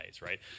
right